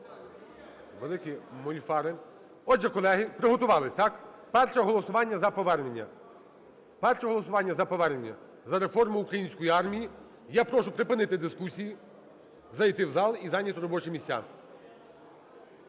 зараз побачимо. Отже, колеги, приготувались, так? Перше голосування - за повернення. Перше голосування - за повернення, за реформу української армії. Я прошу припинити дискусії, зайти в зал і зайняти робочі місця.